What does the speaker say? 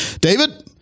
David